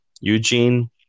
Eugene